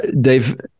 Dave-